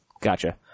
Gotcha